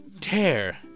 tear